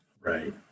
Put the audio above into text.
Right